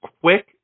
quick